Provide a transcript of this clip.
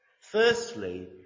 Firstly